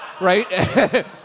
right